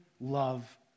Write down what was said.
love